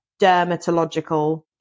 dermatological